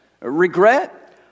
regret